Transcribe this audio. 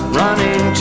running